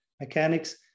Mechanics